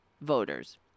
voters